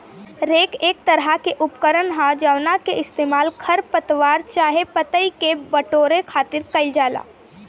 rake एक तरह के उपकरण ह जावना के इस्तेमाल खर पतवार चाहे पतई के बटोरे खातिर कईल जाला